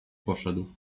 poszedł